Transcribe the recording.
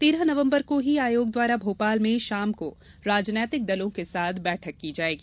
तेरह नवम्बर को ही आयोग द्वारा भोपाल में षाम को राजनैतिक दलों के साथ बैठक की जाएगी